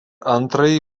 antrąjį